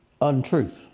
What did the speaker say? untruth